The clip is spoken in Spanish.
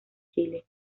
chile